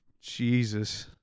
Jesus